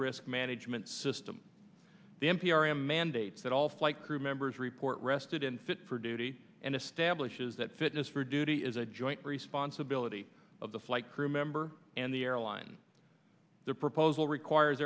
risk management system the n p r m mandates that all flight crew members report rested and fit for duty and establishes that fitness for duty is a joint responsibility of the flight crew member and the airline the proposal requires